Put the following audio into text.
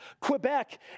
Quebec